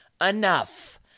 enough